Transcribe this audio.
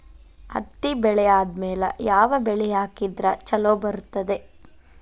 ಹತ್ತಿ ಬೆಳೆ ಆದ್ಮೇಲ ಯಾವ ಬೆಳಿ ಹಾಕಿದ್ರ ಛಲೋ ಬರುತ್ತದೆ?